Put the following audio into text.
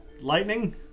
lightning